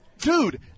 dude